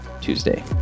Tuesday